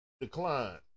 Decline